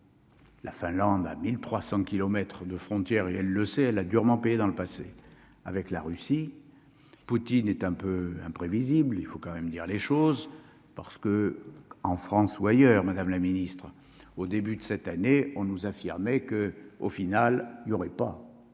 La Finlande à 1300 kilomètres de frontières et elle le sait, elle a durement payé dans le passé avec la Russie, Poutine est un peu imprévisible, il faut quand même dire les choses parce que, en France ou ailleurs, madame la Ministre, au début de cette année, on nous affirmait que, au final, il y aurait pas